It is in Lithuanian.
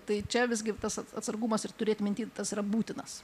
tai čia visgi tas atsargumas ir turėt minty tas yra būtinas